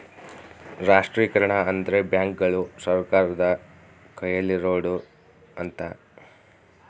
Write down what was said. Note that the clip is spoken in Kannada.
ರಾಷ್ಟ್ರೀಕರಣ ಅಂದ್ರೆ ಬ್ಯಾಂಕುಗಳು ಸರ್ಕಾರದ ಕೈಯಲ್ಲಿರೋಡು ಅಂತ